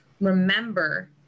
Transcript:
remember